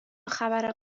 خبر